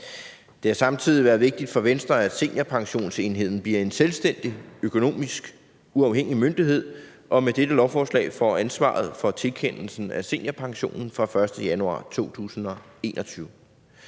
Det har samtidig været vigtigt for Venstre, at Seniorpensionsenheden bliver en selvstændig, økonomisk uafhængig myndighed og med dette lovforslag får ansvaret for tilkendelsen af seniorpension fra den 1. januar 2021.